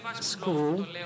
school